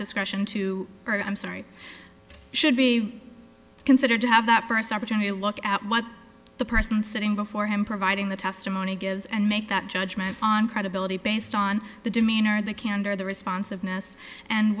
discretion to i'm sorry should be considered to have that first opportunity to look at what the person sitting before him providing the testimony gives and make that judgment on credibility based on the demeanor of the candor the responsiveness and